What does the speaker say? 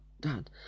Dad